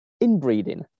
inbreeding